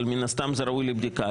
אבל מן הסתם זה ראוי לבדיקה.